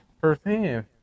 firsthand